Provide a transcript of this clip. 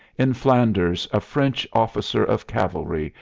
in flanders a french officer of cavalry,